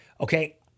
okay